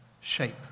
shape